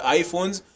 iPhones